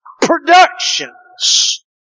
productions